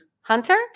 Hunter